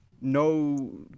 no